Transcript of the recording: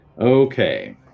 Okay